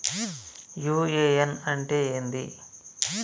UAN అంటే ఏంది?